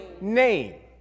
name